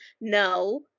No